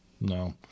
no